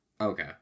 okay